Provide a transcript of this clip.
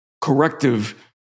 corrective